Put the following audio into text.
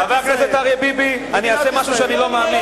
חבר הכנסת ביבי, אני אעשה משהו שאני לא מאמין.